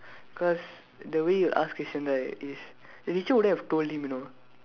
cause the way he'll ask question right is the teacher wouldn't have told him you know